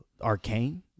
arcane